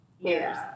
years